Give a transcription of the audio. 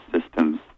systems